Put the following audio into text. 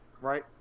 Right